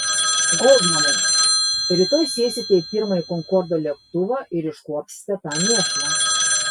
goldmanai rytoj sėsite į pirmąjį konkordo lėktuvą ir iškuopsite tą mėšlą